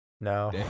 No